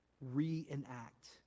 reenact